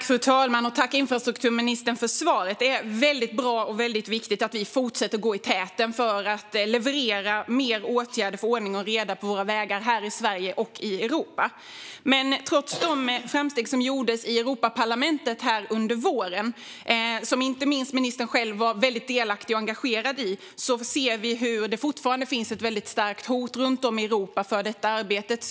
Fru talman! Tack, infrastrukturministern, för svaret! Det är bra och viktigt att vi fortsätter gå i täten för att leverera mer åtgärder för att få ordning och reda på vägar här i Sverige och i Europa. Men trots de framsteg som gjordes i Europaparlamentet under våren, vilket inte minst ministern själv var delaktig och engagerad i, ser vi att det runt om i Europa fortfarande finns ett starkt hot mot detta arbete.